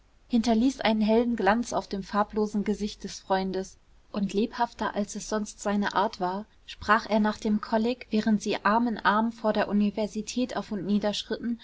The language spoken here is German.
hinterließ einen hellen glanz auf dem farblosen gesicht des freundes und lebhafter als es sonst seine art war sprach er nach dem kolleg während sie arm in arm vor der universität auf und